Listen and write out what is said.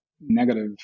negative